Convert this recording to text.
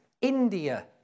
India